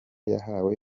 yahawe